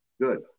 Good